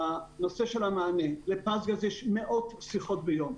הנושא של המענה לפזגז יש מאות שיחות ביום,